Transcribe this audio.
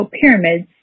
pyramids